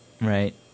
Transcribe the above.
Right